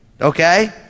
Okay